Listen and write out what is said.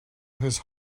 his